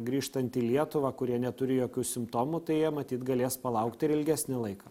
grįžtant į lietuvą kurie neturi jokių simptomų tai jie matyt galės palaukti ir ilgesnį laiką